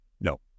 No